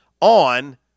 on